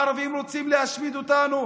"ערבים רוצים להשמיד אותנו",